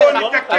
בואו נתקן.